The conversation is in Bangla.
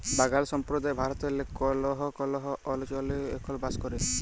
বাগাল সম্প্রদায় ভারতেল্লে কল্হ কল্হ অলচলে এখল বাস ক্যরে